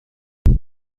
دوتا